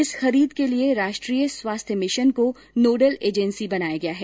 इस खरीद के लिए राष्ट्रीय स्वास्थ्य मिशन को नोडल एजेंसी बनाया गया है